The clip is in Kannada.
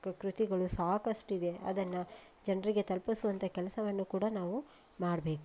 ಕ ಕೃತಿಗಳು ಸಾಕಷ್ಟಿದೆ ಅದನ್ನು ಜನರಿಗೆ ತಲುಪಿಸುವಂಥ ಕೆಲಸವನ್ನು ಕೂಡ ನಾವು ಮಾಡಬೇಕು